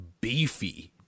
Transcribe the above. beefy